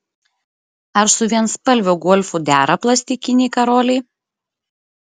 ar su vienspalviu golfu dera plastikiniai karoliai